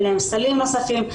אין להם סלים נוספים,